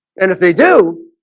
and if they do